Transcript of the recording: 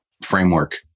framework